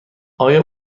آیا